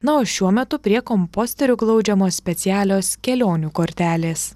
na o šiuo metu prie komposterio glaudžiamos specialios kelionių kortelės